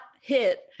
hit